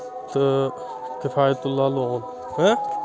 تہٕ کِفایتُلہ لون